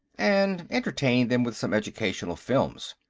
and entertain them with some educational films.